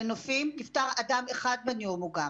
בנופים נפטר אדם אחד בדיור מוגן.